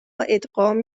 ادغام